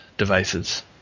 devices